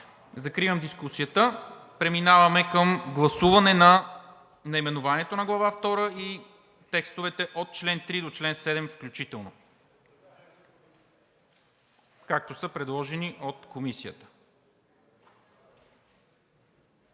изказвания? Няма. Преминаваме към гласуване на наименованието на Глава втора и текстовете от чл. 3 до чл. 7 включително, както са предложени от Комисията.